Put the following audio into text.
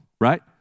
right